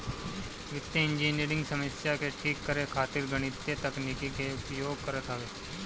वित्तीय इंजनियरिंग समस्या के ठीक करे खातिर गणितीय तकनीकी के उपयोग करत हवे